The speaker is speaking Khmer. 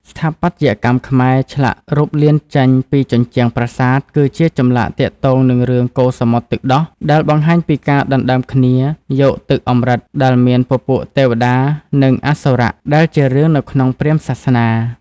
ស្ថាបត្យកម្មខ្មែរឆ្លាក់រូបលៀនចេញពីជញ្ជ្រាំប្រាសាទគឺជាចម្លាក់ទាក់ទងនិងរឿងកូរសមុទ្រទឹកដោះដែលបង្ហាញពីការដណ្តើមគ្នាយកទឹកអំរិតដែលមានពពួកទេវតានិងអសុរៈដែលជារឿងនៅក្នុងព្រាហ្មណ៍សាសនា។